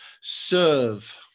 Serve